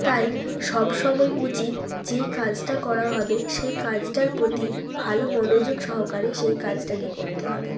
তাই সব সময় উচিত যেই কাজটা করা হবে সেই কাজটার প্রতি ভালো মনোযোগ সহকারে সেই কাজটাকে করতে হবে